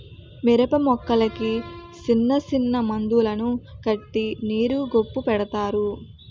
మిరపమొక్కలకి సిన్నసిన్న మందులను కట్టి నీరు గొప్పు పెడతారు